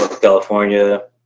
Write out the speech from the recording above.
California